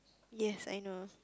yes I know